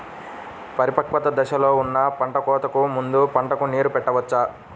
పరిపక్వత దశలో ఉన్న పంట కోతకు ముందు పంటకు నీరు పెట్టవచ్చా?